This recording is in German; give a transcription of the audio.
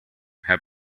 herr